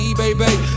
baby